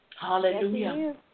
Hallelujah